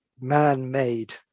man-made